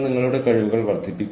ആരെങ്കിലും കാര്യങ്ങൾ എഴുതണം